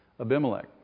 Abimelech